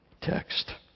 text